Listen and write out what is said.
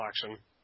collection